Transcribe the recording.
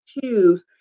choose